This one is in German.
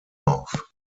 auf